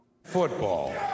Football